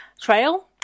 trail